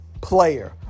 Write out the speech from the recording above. player